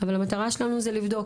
אבל המטרה שלנו זה לבדוק,